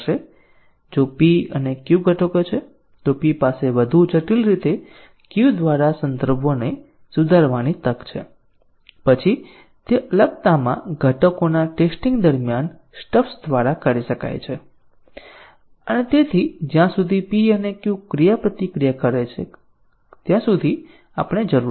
જો p અને q ઘટકો છે તો p પાસે વધુ જટિલ રીતે q દ્વારા સંદર્ભોને સુધારવાની તક છે પછી તે અલગતામાં ઘટકોના ટેસ્ટીંગ દરમિયાન સ્ટબ્સ દ્વારા કરી શકાય છે અને જ્યાં સુધી p અને q ક્રિયાપ્રતિક્રિયા કરી શકે ત્યાં સુધી આપણે જરૂર છે